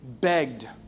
begged